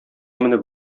менеп